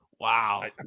Wow